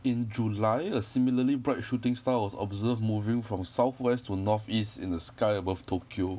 in july a similarly bright shooting star was observed moving from southwest to northeast in the sky above tokyo